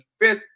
fifth